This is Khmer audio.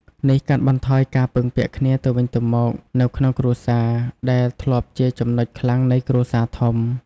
នេះកាត់បន្ថយការពឹងពាក់គ្នាទៅវិញទៅមកនៅក្នុងគ្រួសារ ដែលធ្លាប់ជាចំណុចខ្លាំងនៃគ្រួសារធំ។